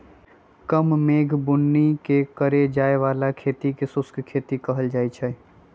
कम मेघ बुन्नी के करे जाय बला खेती के शुष्क खेती कहइ छइ